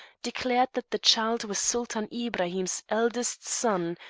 declared that the child was sultan ibrahim's eldest son,